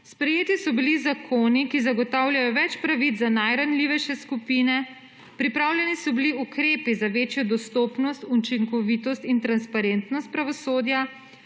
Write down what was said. sprejeti so bili zakoni, ki zagotavljajo več pravic za najranljivejše skupine, pripravljeni so bili ukrepi za večjo dostopnost, učinkovitost in transparentnost pravosodja